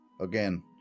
again